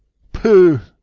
pooh!